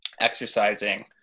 exercising